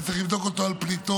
אתה צריך לבדוק אותו על פליטות,